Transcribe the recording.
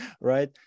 right